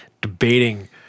debating